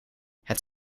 het